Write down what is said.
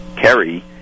Kerry